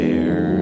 air